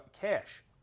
Cash